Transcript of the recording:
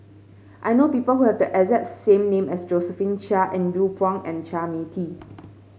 I know people who have the exact same name as Josephine Chia Andrew Phang and Chua Mia Tee